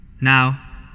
Now